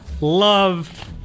love